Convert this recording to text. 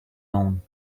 own